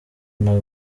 nta